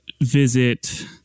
visit